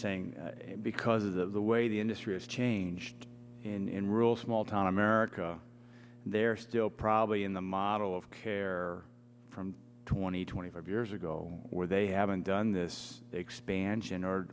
saying because of the way the industry has changed in rural small town america they're still probably in the model of care from twenty twenty five years ago where they haven't done this expansion or